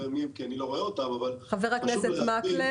מי הם כי אני לא רואה אותם --- חבר הכנסת מקלב.